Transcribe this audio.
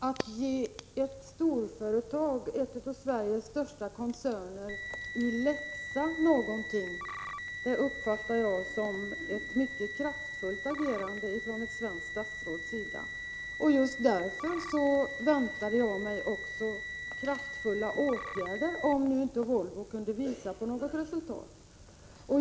Herr talman! Att ge en av Sveriges största koncerner någonting i läxa uppfattar jag som ett mycket kraftfullt agerande från ett svenskt statsråds sida. Just därför väntade jag mig också kraftfulla åtgärder om nu inte Volvo kunde visa på något resultat.